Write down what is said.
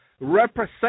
represent